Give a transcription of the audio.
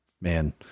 man